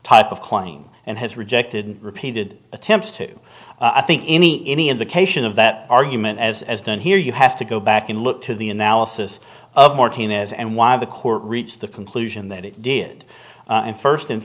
type of claim and has rejected repeated attempts to i think any any indication of that argument as as done here you have to go back and look to the analysis of more tina's and why the court reached the conclusion that it did and first and